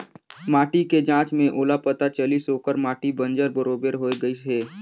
माटी के जांच में ओला पता चलिस ओखर माटी बंजर बरोबर होए गईस हे